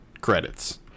Credits